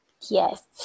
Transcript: Yes